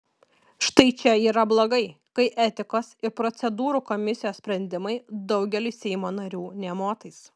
štai čia yra blogai kai etikos ir procedūrų komisijos sprendimai daugeliui seimo narių nė motais